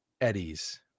eddie's